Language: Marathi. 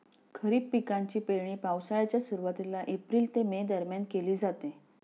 खरीप पिकांची पेरणी पावसाळ्याच्या सुरुवातीला एप्रिल ते मे दरम्यान केली जाते